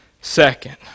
second